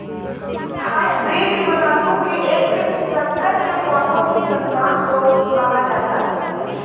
hybrid गुलाबों के एक संकर के पौधों की संतान को कहा जाता है